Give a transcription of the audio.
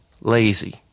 lazy